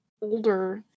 older